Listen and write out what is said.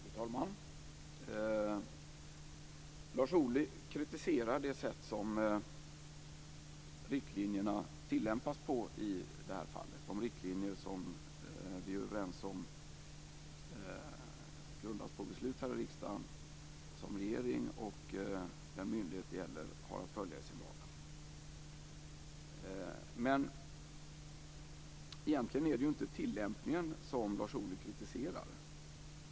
Fru talman! Lars Ohly kritiserar det sätt som riktlinjerna tillämpas på i det här fallet, de riktlinjer som vi är överens om, som grundas på beslut här i riksdagen och som regeringen och den myndighet det gäller har att följa i sin vardag. Egentligen är det ju inte tillämpningen som Lars Ohly kritiserar.